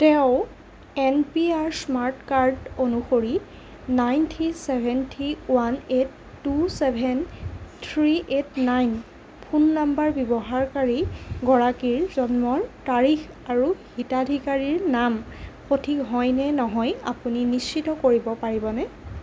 তেওঁৰ N P R smart card অনুসৰি nine three seven three one eight two seven three eight nine phone number ব্যৱহাৰকাৰী গৰাকীৰ জন্মৰ তাৰিখ আৰু হিতাধিকাৰীৰ নাম সঠিক হয়নে নহয় আপুনি নিশ্চিত কৰিব পাৰিবনে